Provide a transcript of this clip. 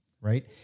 right